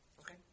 Okay